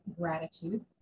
gratitude